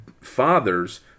fathers